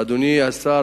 אדוני השר,